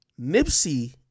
Nipsey